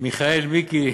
מיכאל מיקי,